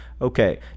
Okay